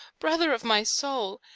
brother of my soul,